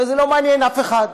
הרי זה לא מעניין אף אחד.